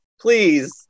Please